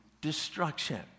destruction